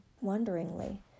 wonderingly